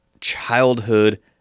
childhood